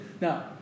Now